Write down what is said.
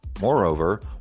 Moreover